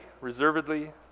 reservedly